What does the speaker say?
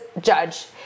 judge